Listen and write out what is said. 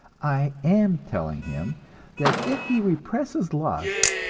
i am telling him that if he represses lust,